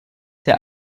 der